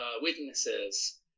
witnesses